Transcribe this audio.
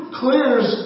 clears